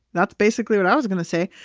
that's basically what i was going to say.